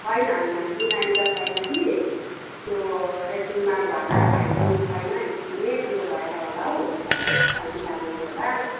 होइन होइन बिमारी त छैन कि त्यो एक्चुएलमा घरमा भाइ बहिनी छैन स्कुले त्यो भएर होला हौ सायेद अल्छी लागेको होला